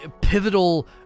pivotal